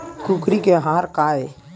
कुकरी के आहार काय?